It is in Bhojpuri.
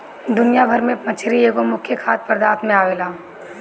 दुनिया भर में मछरी एगो मुख्य खाद्य पदार्थ में आवेला